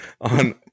on